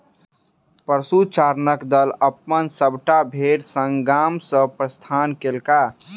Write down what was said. पशुचारणक दल अपन सभटा भेड़ संग गाम सॅ प्रस्थान कएलक